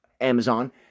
Amazon